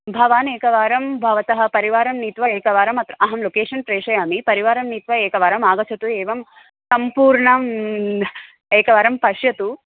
भवान् एकवारं भवतः परिवारं नीत्वा एकवारम् अत्र अहं लोकेशन् प्रेषयामि परिवारं नीत्वा एकवारम् आगच्छतु एवं सम्पूर्णम् एकवारं पश्यतु